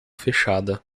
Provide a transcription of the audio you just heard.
fechada